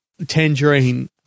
Tangerine